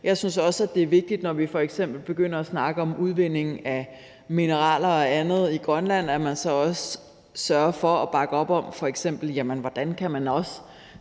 Jeg synes også, det er vigtigt, når vi f.eks. begynder at snakke om udvinding af mineraler og andet i Grønland, at man så også sørger for f.eks. at bakke op om, hvordan man også